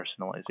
personalization